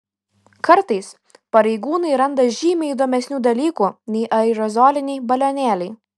kartais pareigūnai randa žymiai įdomesnių dalykų nei aerozoliniai balionėliai